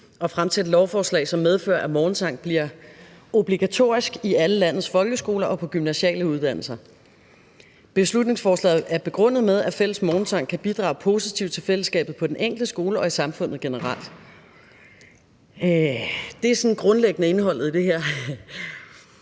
at fremsætte lovforslag, som medfører, at morgensang bliver obligatorisk i alle landets folkeskoler og på gymnasiale uddannelser. Beslutningsforslaget er begrundet med, at fælles morgensang kan bidrage positivt til fællesskabet på den enkelte skole og i samfundet generelt. Det er sådan grundlæggende indholdet i det her